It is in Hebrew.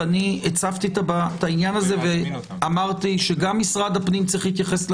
הצפתי את הדיון ואמרתי שגם משרד הפנים צריך להתייחס,